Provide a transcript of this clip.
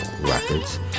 Records